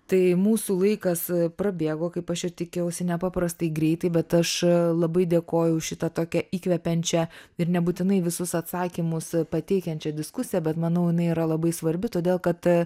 tai mūsų laikas prabėgo kaip aš ir tikėjausi nepaprastai greitai bet aš labai dėkoju už šitą tokią įkvepiančią ir nebūtinai visus atsakymus pateikiančią diskusiją bet manau jinai yra labai svarbi todėl kad